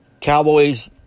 Cowboys